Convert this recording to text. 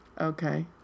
Okay